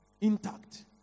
intact